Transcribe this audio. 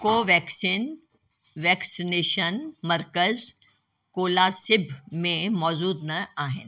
Covaxin vaccination मर्कज़ कोलासिब में मौजूदु न आहिनि